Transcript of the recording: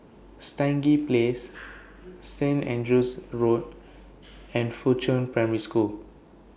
Stangee Place Saint Andrew's Road and Fuchun Primary School